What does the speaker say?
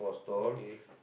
okay